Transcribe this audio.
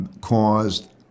caused